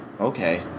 okay